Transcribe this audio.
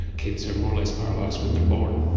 kids are more or less paralysed when they are born.